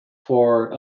for